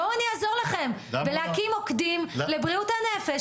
בואו נעזור לכם בלהקים מוקדים לבריאות הנפש,